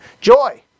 Joy